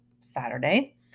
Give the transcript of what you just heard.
Saturday